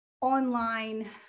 online